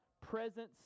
presence